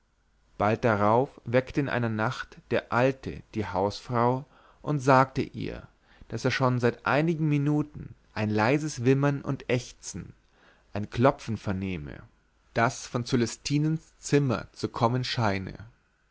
bald darauf weckte in einer nacht der alte die hausfrau und sagte ihr daß er schon seit einigen minuten ein leises wimmern und ächzen ein klopfen vernehme das von cölestinens zimmer zu kommen scheine